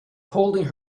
holding